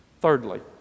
Thirdly